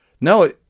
No